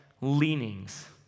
leanings